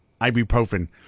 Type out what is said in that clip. ibuprofen